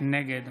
נגד